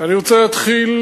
אני רוצה להתחיל,